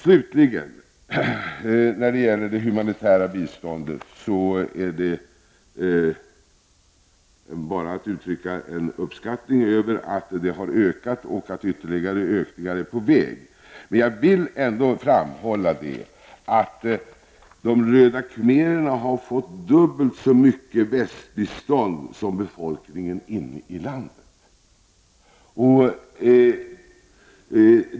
Slutligen till frågan om det humanitära biståndet. Jag vill uttrycka min uppskattning över att det har ökat och att ytterligare ökningar är på väg. Men jag vill ändå framhålla att de röda khmererna har fått dubbelt så mycket västbistånd som befolkningen inne i landet.